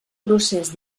procés